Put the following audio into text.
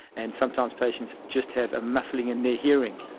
and sometimes patients just have a muffling in their hearing.